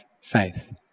faith